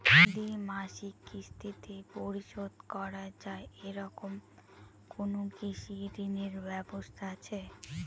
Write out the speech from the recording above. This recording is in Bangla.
দ্বিমাসিক কিস্তিতে পরিশোধ করা য়ায় এরকম কোনো কৃষি ঋণের ব্যবস্থা আছে?